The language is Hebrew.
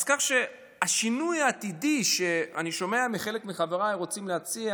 אז השינוי העתידי שאני שומע שחלק מחבריי רוצים להציע